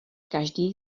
každý